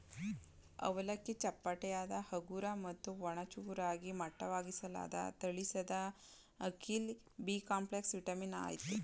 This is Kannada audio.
ಅವಲಕ್ಕಿ ಚಪ್ಪಟೆಯಾದ ಹಗುರ ಮತ್ತು ಒಣ ಚೂರಾಗಿ ಮಟ್ಟವಾಗಿಸಲಾದ ತಳಿಸಿದಅಕ್ಕಿಲಿ ಬಿಕಾಂಪ್ಲೆಕ್ಸ್ ವಿಟಮಿನ್ ಅಯ್ತೆ